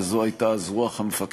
וזו הייתה אז רוח המפקד,